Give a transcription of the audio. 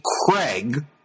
Craig